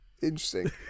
Interesting